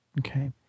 Okay